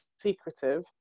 secretive